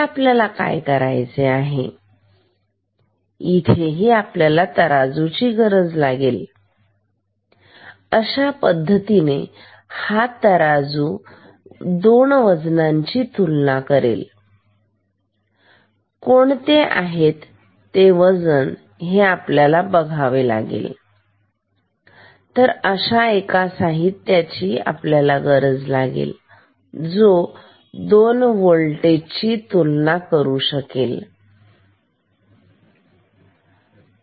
तर आपल्याला काय करायचे आहे इथेही आपल्याला तराजू ची गरज आहे अशा पद्धतीने तराजू हा दोन वजणांची तुलना करेल आणि कोणता आहे ते बघेल याच पद्धतीने आपल्या अशा एका साहित्याची गरज आहे जो दोन वोल्टेज ची तुलना करणार आहे